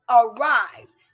Arise